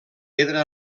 pedra